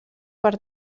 per